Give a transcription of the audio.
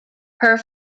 her